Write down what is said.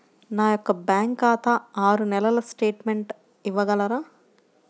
నా యొక్క బ్యాంకు ఖాతా ఆరు నెలల స్టేట్మెంట్ ఇవ్వగలరా?